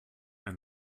and